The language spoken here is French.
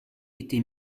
été